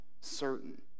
certain